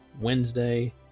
Wednesday